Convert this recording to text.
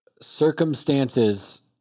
circumstances